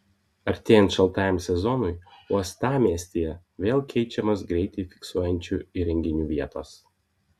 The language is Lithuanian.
artėjant šaltajam sezonui uostamiestyje vėl keičiamos greitį fiksuojančių įrenginių vietos